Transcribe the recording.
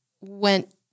went